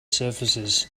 surfaces